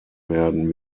werden